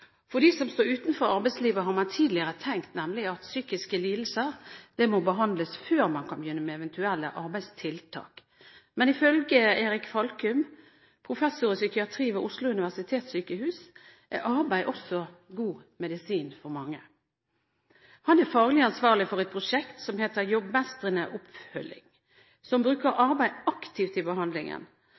For dem som står utenfor arbeidslivet, har man tidligere tenkt at psykiske lidelser må behandles før man kan begynne med eventuelle arbeidstiltak, men ifølge Erik Falkum, professor i psykiatri ved Oslo universitetssykehus, er arbeid god medisin for mange. Han er faglig ansvarlig for et prosjekt som heter Jobbmestrende oppfølging, som bruker arbeid aktivt i behandlingen.